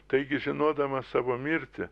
taigi žinodamas savo mirtį